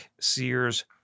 Sears